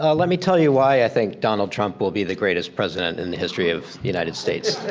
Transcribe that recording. ah let me tell you why i think donald trump will be the greatest president in the history of the united states.